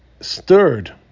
stirred